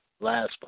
last